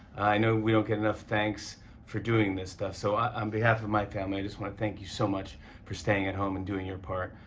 i know we don't get enough thanks for doing this stuff, so on um behalf of my family, i just want to thank you so much for staying at home and doing your part.